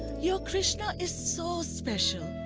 your krishna is so special!